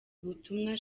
butumwa